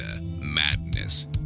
madness